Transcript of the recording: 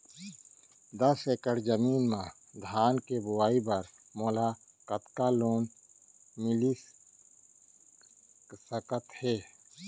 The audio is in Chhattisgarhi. दस एकड़ जमीन मा धान के बुआई बर मोला कतका लोन मिलिस सकत हे?